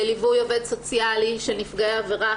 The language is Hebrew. לליווי עובד סוציאלי של נפגעי עבירה.